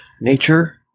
nature